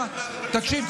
תקשיב,